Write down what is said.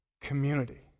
community